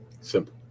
Simple